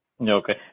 Okay